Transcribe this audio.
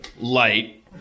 light